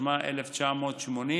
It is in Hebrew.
התשמ"א 1980,